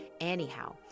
anyhow